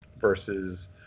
versus